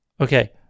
okay